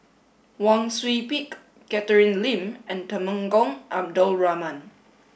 Wang Sui Pick Catherine Lim and Temenggong Abdul Rahman